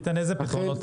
איזה פתרונות?